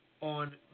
on